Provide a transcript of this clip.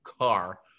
car